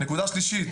נקודה שלישית,